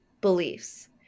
beliefs